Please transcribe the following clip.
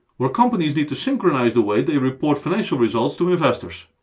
where companies need to synchronize the way they report financial results to investors.